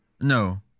no